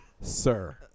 Sir